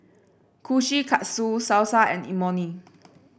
Kushikatsu Salsa and Imoni